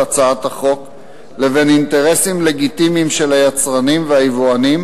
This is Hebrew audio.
הצעת החוק לבין אינטרסים לגיטימיים של היצרנים והיבואנים